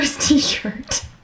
t-shirt